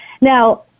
Now